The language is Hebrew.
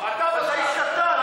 אתה איש קטן.